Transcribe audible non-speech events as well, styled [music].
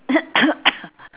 [coughs]